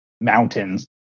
mountains